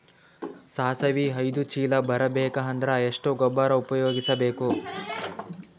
ಸಾಸಿವಿ ಐದು ಚೀಲ ಬರುಬೇಕ ಅಂದ್ರ ಎಷ್ಟ ಗೊಬ್ಬರ ಉಪಯೋಗಿಸಿ ಬೇಕು?